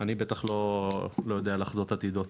אני בטח לא יודע לחזות עתידות.